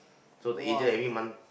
so the agent every month